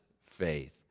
faith